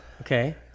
okay